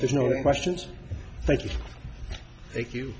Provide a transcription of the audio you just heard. there's no questions thank you thank you